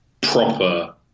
Proper